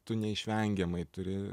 tu neišvengiamai turi